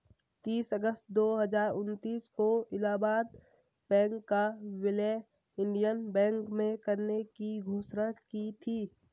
तीस अगस्त दो हजार उन्नीस को इलाहबाद बैंक का विलय इंडियन बैंक में करने की घोषणा की थी